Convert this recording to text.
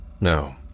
No